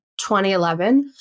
2011